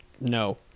no